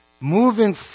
moving